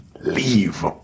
leave